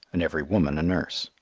and every woman a nurse.